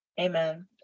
Amen